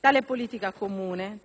Tale politica comune